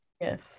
Yes